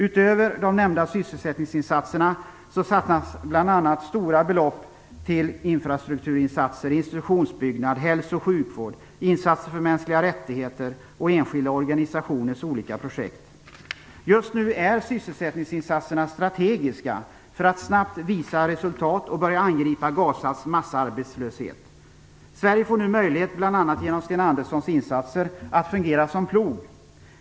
Utöver de nämnda sysselsättningsinsatserna satsas bl.a. stora belopp till infrastrukturinsatser, institutionsbyggnad, hälso och sjukvård, insatser för mänskliga rättigheter och enskilda organisationers olika projekt. Just nu är sysselsättningsinsatserna strategiska för att snabbt visa resultat och börja angripa Gazas massarbetslöshet. Sverige får nu möjlighet, bl.a. genom Sten Anderssons insatser, att fungera som plog.